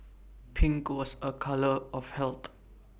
pink was A colour of health